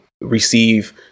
receive